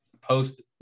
post